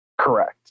Correct